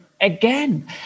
Again